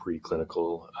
preclinical